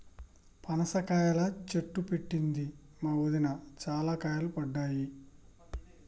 పనస కాయల చెట్టు పెట్టింది మా వదిన, చాల కాయలు పడ్డాయి